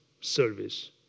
service